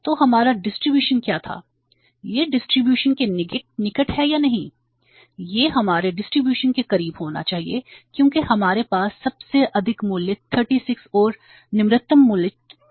तो हमारा डिस्ट्रीब्यूशन के करीब होना चाहिए क्योंकि हमारे पास सबसे अधिक मूल्य 36 और निम्नतम मूल्य 4 है